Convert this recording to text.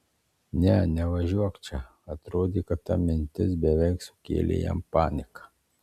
ne nevažiuok čia atrodė kad ta mintis beveik sukėlė jam paniką